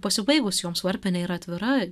pasibaigus joms varpinė yra atvira